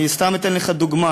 אני סתם אתן לך דוגמה: